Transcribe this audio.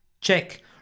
check